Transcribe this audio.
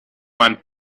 man